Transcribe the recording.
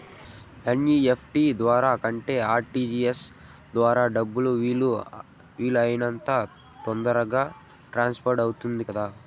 NEFT ద్వారా కంటే RTGS ద్వారా డబ్బు వీలు అయినంత తొందరగా ట్రాన్స్ఫర్ అవుతుంది కదా